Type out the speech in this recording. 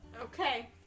Okay